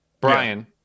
Brian